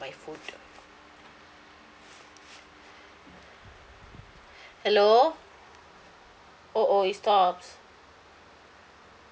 for my food hello oh oh it stops